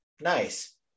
nice